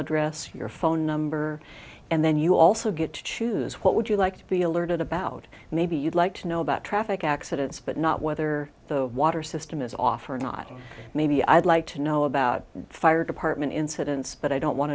address your phone number and then you also get to choose what would you like to be alerted about maybe you'd like to know about traffic accidents but not whether the water system is off or not maybe i'd like to know about fire department incidents but i don't want